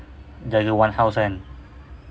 jaga one house kan